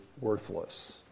worthless